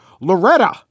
Loretta